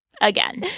again